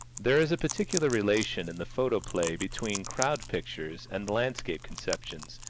there is a particular relation in the photoplay between crowd pictures and landscape conceptions,